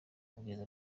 ubwiza